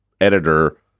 editor